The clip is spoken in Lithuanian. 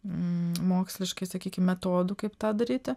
moksliškai sakykim metodų kaip tą daryti